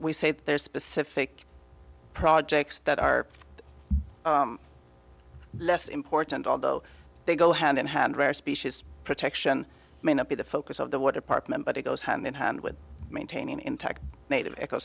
we say there are specific projects that are less important although they go hand in hand rare species protection may not be the focus of the war department but it goes hand in hand with maintaining intact made ec